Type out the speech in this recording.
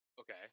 Okay